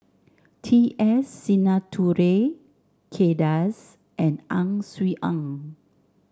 T S Sinnathuray Kay Das and Ang Swee Aun